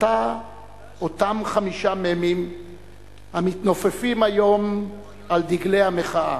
אותם חמישה מ"מים המתנופפים היום על דגלי המחאה: